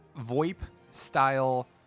VoIP-style